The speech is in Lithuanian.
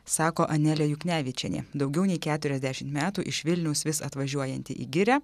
sako anelė juknevičienė daugiau nei keturiasdešimt metų iš vilniaus vis atvažiuojanti į girią